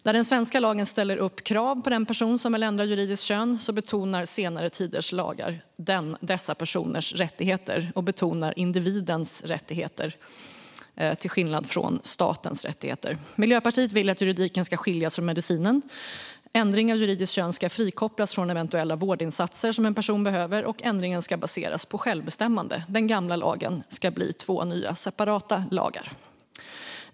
Där den svenska lagen ställer upp krav på den person som vill ändra juridiskt kön betonar senare tiders lagar dessa personers - individens - rättigheter, till skillnad från statens rättigheter. Miljöpartiet vill att juridiken ska skiljas från medicinen. Ändring av juridiskt kön ska frikopplas från eventuella vårdinsatser som en person behöver, och ändringen ska baseras på självbestämmande. Den gamla lagen ska bli två nya separata lagar.